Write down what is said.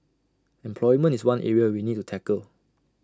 employment is one area we need to tackle